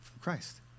Christ